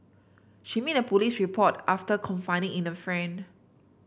she made a police report after confiding in a friend